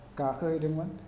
गाखोहैदोंमोन